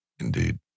Indeed